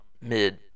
mid